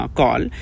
call